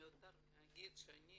מיותר להגיד שאני